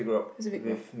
this is big rock